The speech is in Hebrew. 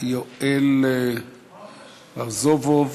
יואל רזובוב.